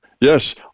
yes